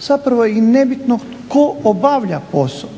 zapravo je i nebitno tko obavlja posao,